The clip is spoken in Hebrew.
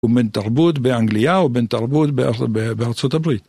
ומנתרבות באנגליה ומנתרבות בארצות הברית.